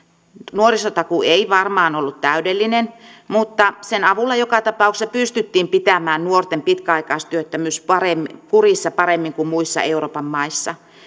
nuorisotakuu ei varmaan ollut täydellinen mutta sen avulla joka tapauksessa pystyttiin pitämään nuorten pitkäaikaistyöttömyys kurissa paremmin kuin muissa euroopan maissa